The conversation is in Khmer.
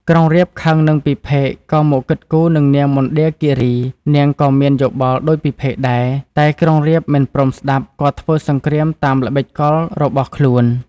ក្រុងរាពណ៍ខឹងនឹងពិភេកក៏មកគិតគូរនឹងនាងមណ្ឌាគីរី នាងក៏មានយោបល់ដូចពិភេកដែរ តែក្រុងរាពណ៍មិនព្រមស្តាប់ក៏ធ្វើសង្គ្រាមតាមល្បិចកលរបស់ខ្លួន។